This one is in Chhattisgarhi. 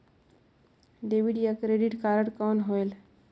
डेबिट या क्रेडिट कारड कौन होएल?